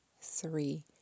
three